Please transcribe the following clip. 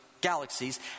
galaxies